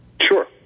Sure